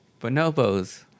Bonobos